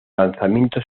lanzamiento